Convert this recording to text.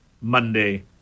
Monday